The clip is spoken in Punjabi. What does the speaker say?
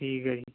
ਠੀਕ ਹੈ ਜੀ